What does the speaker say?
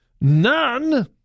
none